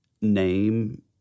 name